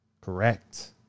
Correct